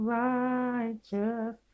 righteous